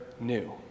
new